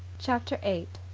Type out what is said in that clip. chapter eight.